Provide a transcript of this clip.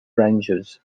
rangers